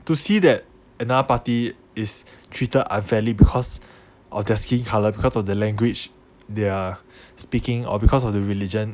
to see that another party is treated unfairly because of their skin colour because of their language they're speaking or because of the religion